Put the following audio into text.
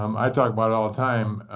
um i talk about it all the time,